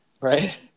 right